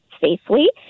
safely